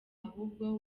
ahubwo